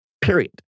period